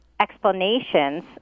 explanations